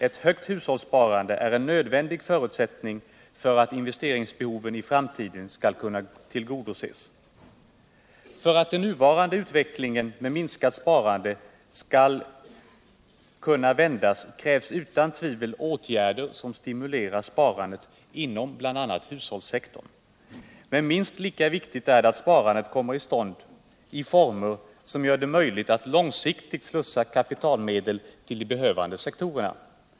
Ett högt hushållssparande är en nödvändig förutsättning för att investeringsbehoven i landet i framtiden skall kunna tillgodoses. För att den nuvarande utvecklingen med minskat sparande skall kunna vändas, krävs utan tvivel åtgärder som stimulerar sparandet inom bl.a. hushållssektorn. Men minst lika viktigt är att detta sparande kommer till stånd i former som gör det möjligt att långsiktigt slussa över kapitalmedel till de behövande sektorerna.